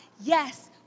yes